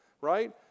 right